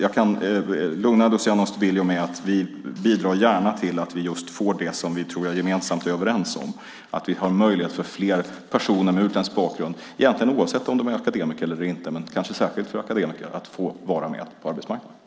Jag kan lugna Luciano Astudillo med att vi gärna bidrar till det som jag tror att vi är överens om, att vi ger möjlighet för fler personer med utländsk bakgrund, egentligen oavsett om de är akademiker eller inte men kanske särskilt för akademiker, att få vara med på arbetsmarknaden.